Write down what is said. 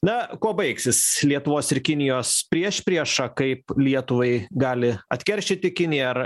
na kuo baigsis lietuvos ir kinijos priešprieša kaip lietuvai gali atkeršyti kinija ar